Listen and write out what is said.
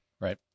Right